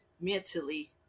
mentally